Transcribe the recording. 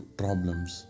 problems